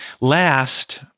Last